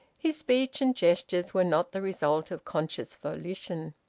his speech and gestures were not the result of conscious volition.